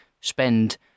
spend